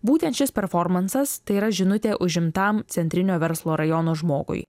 būtent šis performansas tai yra žinutė užimtam centrinio verslo rajono žmogui